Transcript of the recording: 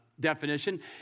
definition